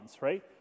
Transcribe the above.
right